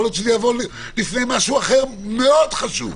יכול להיות שזה יבוא לפני משהו אחר מאוד חשוב.